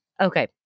Okay